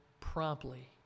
promptly